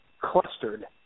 clustered